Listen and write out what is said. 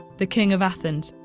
the king of athens,